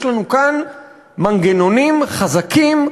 יש לנו כאן מנגנונים חזקים,